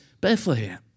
Bethlehem